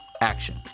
action